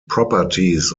properties